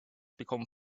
become